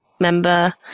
member